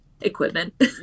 equipment